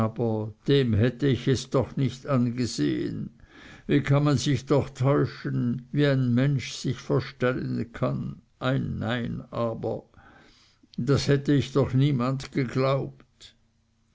dem hätte ich es doch nicht angesehen wie man sich doch täuschen wie ein mensch sich verstellen kann ei nein aber das hätte ich doch niemand geglaubt